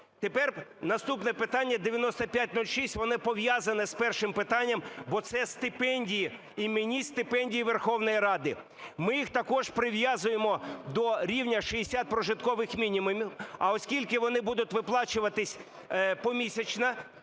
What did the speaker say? Тепер наступне питання – 9506. Воно пов'язане з першим питанням, бо це стипендії, іменні стипендії Верховної Ради. Ми їх також прив'язуємо до рівня 60 прожиткових мінімумів, а оскільки вони будуть виплачуватись помісячно,